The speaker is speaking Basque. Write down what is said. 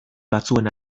batzuen